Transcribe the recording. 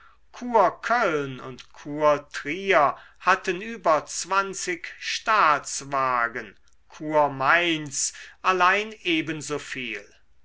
kurköln und kurtrier hatten über zwanzig staatswagen kurmainz allein ebenso